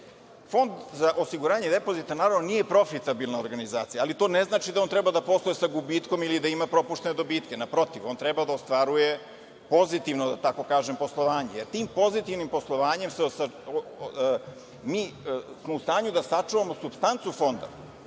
za osiguranje depozita, naravno, nije profitabilna organizacija, ali to ne znači da on treba da posluje sa gubitkom ili da ima propuštene dobitke, naprotiv, on treba da ostvaruje pozitivno, da kažem, poslovanje. Jer tim pozitivnim poslovanjem mi smo u stanju da sačuvamo supstancu fonda